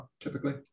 typically